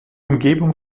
umgebung